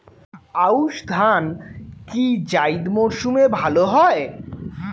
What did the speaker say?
আউশ ধান কি জায়িদ মরসুমে ভালো হয়?